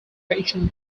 professional